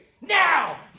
Now